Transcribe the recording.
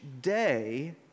day